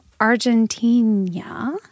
Argentina